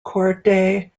corte